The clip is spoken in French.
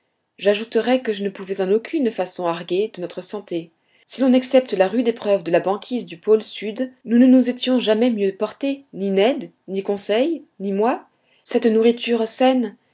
j'ajouterai que je ne pouvais en aucune façon arguer de notre santé si l'on excepte la rude épreuve de la banquise du pôle sud nous ne nous étions jamais mieux portés ni ned ni conseil ni moi cette nourriture saine